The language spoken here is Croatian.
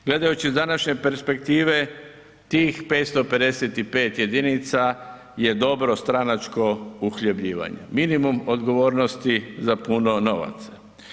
Gledajući s današnje perspektive tih 555 jedinca je dobro stranačko uhljebljivanje, minimum odgovornosti za puno novaca.